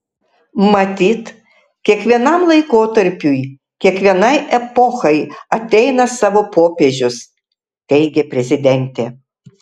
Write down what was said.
matyt kiekvienam laikotarpiui kiekvienai epochai ateina savo popiežius teigė prezidentė